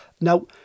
Now